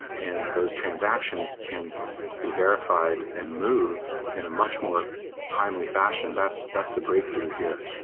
and those transactions can be verified and moved in a much more timely fashion. that's that's the breakthrough here.